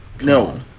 no